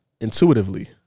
intuitively